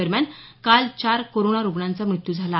दरम्यान काल चार कोरोना रूग्णांचा मृत्यू झाला